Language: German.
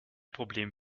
problem